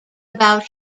about